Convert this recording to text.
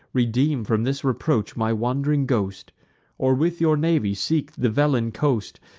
redeem from this reproach my wand'ring ghost or with your navy seek the velin coast,